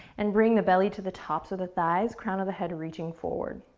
and bring the belly to the tops of the thighs, crown of the head reaching forward.